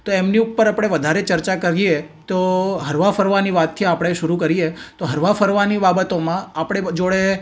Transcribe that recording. તો એમની ઉપર આપણે વધારે ચર્ચા કરીએ તો હરવા ફરવાની વાતથી આપણે શરું કરીએ તો હરવા ફરવાની બાબતોમાં આપણે જોડે